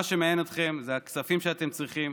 מה שמעניין אתכם זה הכספים שאתם צריכים,